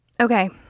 Okay